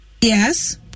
yes